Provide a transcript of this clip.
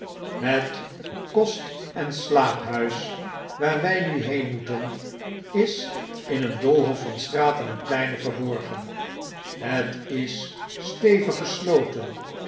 het kost en slaaphuis daar wy nu heen moeten is in een doolhof van straten en pleinen verborgen het is stevig